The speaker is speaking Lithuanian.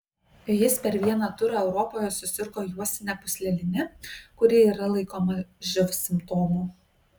jis per vieną turą europoje susirgo juostine pūsleline kuri yra laikoma živ simptomu